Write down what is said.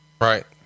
Right